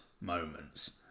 moments